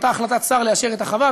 אותה החלטת שר לאשר את החווה.